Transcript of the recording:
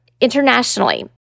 internationally